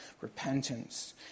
repentance